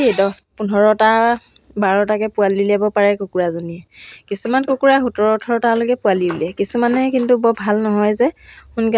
তাৰপিছত মই বহুত অৰ্ডাৰ বহুত বেছি অৰ্ডাৰ ল'বলৈ যিহেতু এদিনত কমেও দছটা